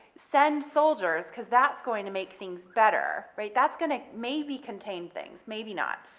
send soldiers, cause that's going to make things better, right, that's gonna maybe contain things, maybe not.